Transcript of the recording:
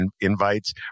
invites